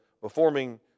performing